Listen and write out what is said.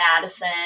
Madison